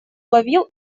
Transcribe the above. ловил